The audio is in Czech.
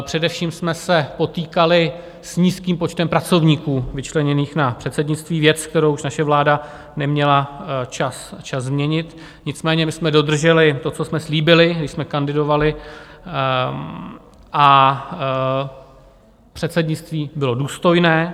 Především jsme se potýkali s nízkým počtem pracovníků vyčleněných na předsednictví, věc, kterou už naše vláda neměla čas změnit, nicméně jsme dodrželi to, co jsme slíbili, když jsme kandidovali, a předsednictví bylo důstojné.